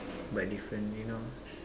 but different you know